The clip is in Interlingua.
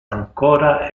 ancora